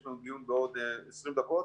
יש לנו דיון בעוד 20 דקות